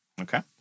Okay